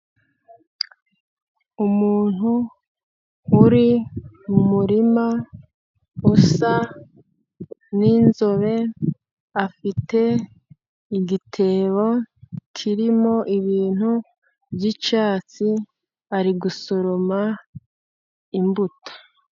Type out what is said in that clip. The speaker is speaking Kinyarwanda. Umuntu uri mu murima, usa n'inzobe . Afite igitebo kirimo ibintu by'icyatsi ,ari gusoroma imbuto .